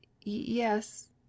Yes